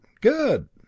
good